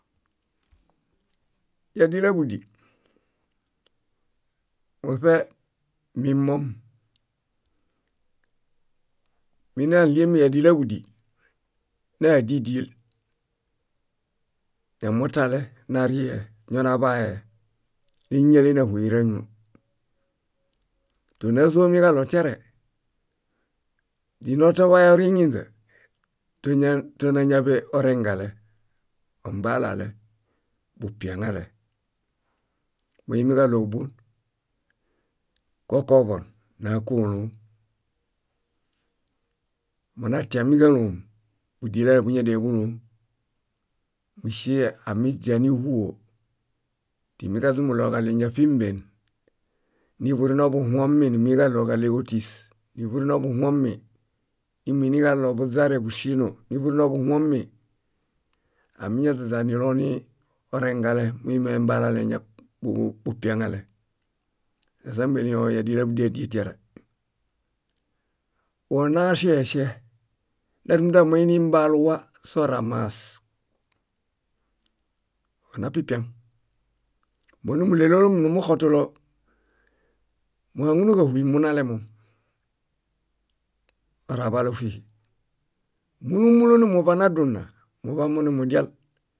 . Yádilaḃudi, muṗe mimom. Minaɭiemi yádilaḃudi, nádidiel. Ñamotale narie, ñonaḃae, néñiale náhuyeraño. Tónazoġaɭo tiare źinotoeḃay oriŋinźe, tonañaḃe orẽngale, ombalale, bupiaŋale. Moimiġaɭo bón: kokoḃon náokoloom, monatiamiġaloom búdielaleḃuñadianiḃuloom. Músie amiźia níĥuo, timiġaźumuɭoġaɭe ñáṗimben, niburinobuhumi niiġaɭoġaɭe bórotis niburinobuhumi, nimiġaɭobuźare, búŝieno niburinobuhumi, amiñaźaźa nilo nii orengale muimiembalale ñab buhubupiaŋale asombeniɭo yádilaḃudie ádie tiare. Óo naŝeŝe. Nárumunda moinimbaluwa soramas. Onapipiaŋ. Mónumuɭelolomi numuxotulo muhaŋunuġahuy, munalemom, oraḃale ófihi. Múlu múlu numuḃanaduna muḃamonumudial